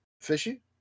Fishy